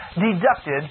deducted